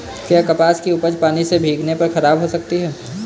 क्या कपास की उपज पानी से भीगने पर खराब हो सकती है?